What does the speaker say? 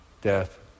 death